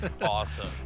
Awesome